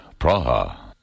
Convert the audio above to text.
Praha